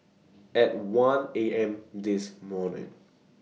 At one A M This morning